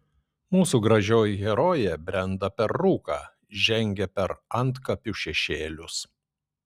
mūsų gražioji herojė brenda per rūką žengia per antkapių šešėlius